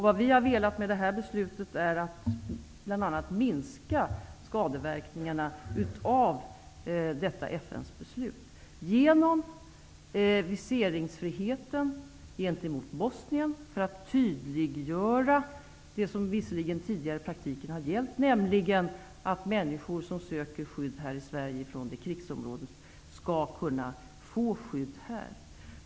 Med detta beslut har vi velat minska skadeverkningarna av detta FN-beslut genom viseringsfriheten gentemot Bosnien-Hercegovina för att tydliggöra det som visserligen tidigare redan har gällt i praktiken, nämligen att människor som söker skydd här i Sverige från det krigsområdet skall kunna få skydd här.